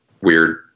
weird